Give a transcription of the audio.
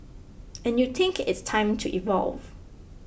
and you think it's time to evolve